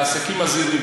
לעסקים הזעירים,